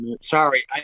Sorry